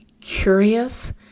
Curious